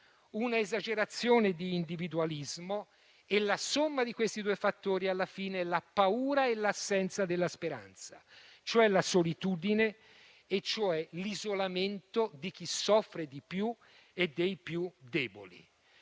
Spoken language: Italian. un'esagerazione di individualismo e la somma di questi due fattori, alla fine, è la paura e l'assenza della speranza, cioè la solitudine e l'isolamento di chi soffre di più e dei più deboli.